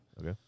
okay